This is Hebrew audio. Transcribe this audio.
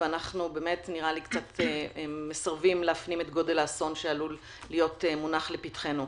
ואנחנו קצת מסרבים להפנים את גודל האסון שעלול להיות מונח לפתחנו.